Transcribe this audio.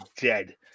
dead